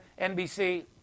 NBC